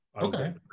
Okay